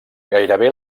gairebé